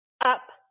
up